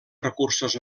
recursos